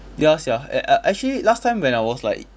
ya sia err uh actually last time when I was like